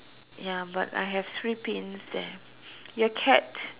ya but I have three pins there your cat